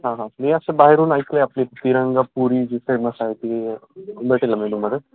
हां हां मी अस बाहेरून ऐकलंय आपली तिरंगापुरी जी फेमस आहे ती भेटेल ना मग ती आम्हाला